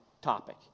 topic